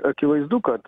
akivaizdu kad